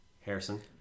harrison